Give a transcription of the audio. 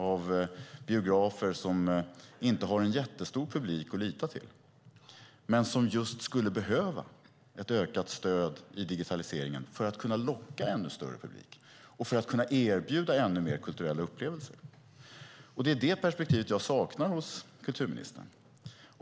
De har inte en jättestor publik att lita till och skulle behöva ett ökat stöd till digitalisering för att kunna locka en större publik och kunna erbjuda fler kulturella upplevelser. Det är detta perspektiv jag saknar hos kulturministern.